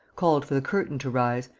called for the curtain to rise,